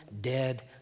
dead